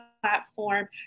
platform